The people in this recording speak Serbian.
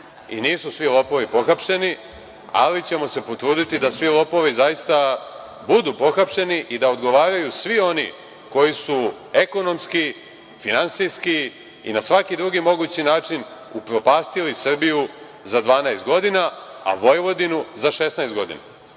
i nisu svi lopovi pohapšeni, ali ćemo se potruditi da svi lopovi zaista budu pohapšeni i da odgovaraju svi oni koji su ekonomski, finansijski i na svaki drugi mogući način upropastili Srbiju za 12 godina, a Vojvodinu za 16 godina